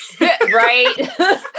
Right